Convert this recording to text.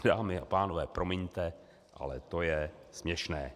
Dámy a pánové, promiňte, ale to je směšné.